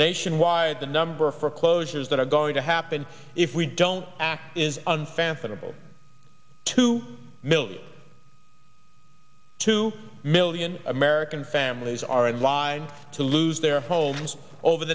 nationwide the number of foreclosures that are going to happen if we don't act is unfathomable two million two million american families are in line to lose their homes over